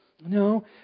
No